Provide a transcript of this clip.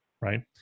right